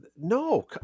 no